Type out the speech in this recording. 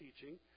teaching